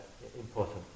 important